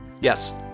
Yes